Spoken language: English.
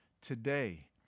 today